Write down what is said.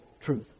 truth